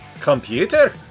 Computer